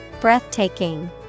Breathtaking